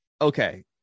okay